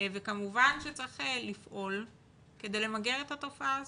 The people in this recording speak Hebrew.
כמובן שצריך לפעול כדי למגר את התופעה הזאת.